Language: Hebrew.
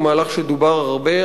הוא מהלך שדובר בו הרבה,